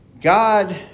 God